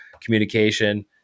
communication